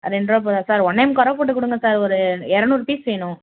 ரெண்ட்ரூவா போகுதா சார் ஒன்னே முக்காரூவா போட்டு கொடுங்க சார் ஒரு இரநூறு பீஸ் வேணும்